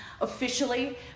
officially